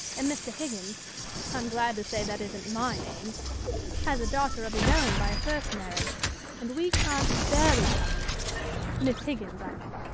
and mr. higgins i'm glad to say that isn't my name has a daughter of his own by a first marriage and we can't bear each other miss higgins, i mean.